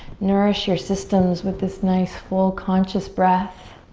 nourish your systems with this nice full conscious breath.